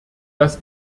dass